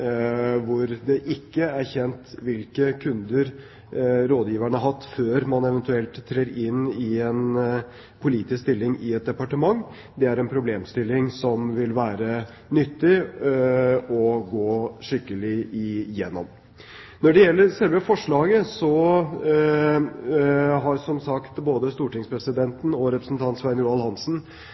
hvor det ikke er kjent hvilke kunder rådgiverne har hatt før man eventuelt trer inn i en politisk stilling i et departement. Det er en problemstilling som det vil være nyttig å gå skikkelig gjennom. Når det gjelder selve forslaget, har, som sagt, både stortingspresidenten og representanten Svein Roald Hansen